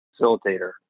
facilitator